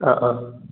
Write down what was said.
ആ ആ